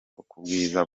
kubwiza